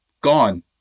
gone